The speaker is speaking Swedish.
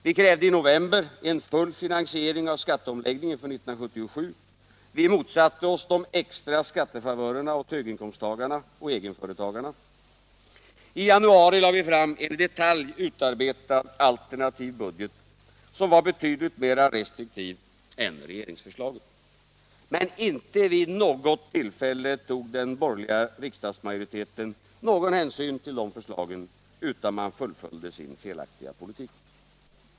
Vi krävde i november en full finansiering av skatteomläggningen för 1977. Vi motsatte oss också de extra skattefavörerna åt höginkomsttagarna och egenföretagarna. I januari lade vi fram en i detalj utarbetad, alternativ budget som var betydligt mera restriktiv än regeringsförslaget. Men inte vid något tillfälle tog den borgerliga riksdagsmajoriteten hänsyn till dessa förslag, utan man fullföljde sin felaktiga politik.